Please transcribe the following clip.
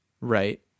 Right